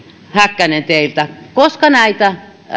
häkkänen teiltä koska näitä